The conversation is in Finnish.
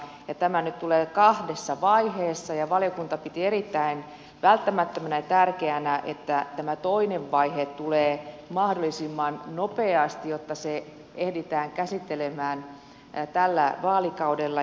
tämä tulee nyt kahdessa vaiheessa ja valiokunta piti erittäin välttämättömänä ja tärkeänä että tämä toinen vaihe tulee mahdollisimman nopeasti jotta se ehditään käsittelemään tällä vaalikaudella